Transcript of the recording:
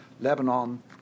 Lebanon